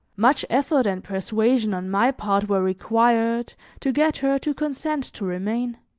much effort and persuasion on my part were required to get her to consent to remain